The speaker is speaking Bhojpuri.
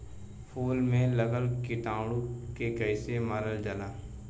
फूल में लगल कीटाणु के कैसे मारल जाला?